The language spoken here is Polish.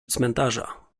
cmentarza